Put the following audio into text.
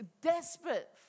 desperate